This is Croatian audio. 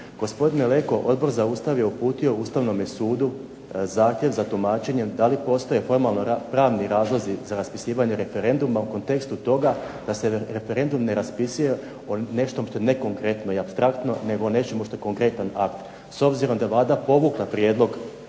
Gospodine Leko Odbor za Ustav je uputio Ustavnome sudu zahtjev za tumačenjem da li postoje formalnopravni razlozi za raspisivanje referenduma u kontekstu toga da se referendum ne raspisuje o nešto što je nekonkretno i apstraktno, nego o nečemu što je konkretan akt. S obzirom da je Vlada povukla prijedlog